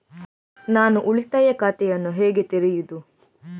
ನಾನು ಉಳಿತಾಯ ಖಾತೆಯನ್ನು ಹೇಗೆ ತೆರೆಯುದು?